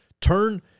turn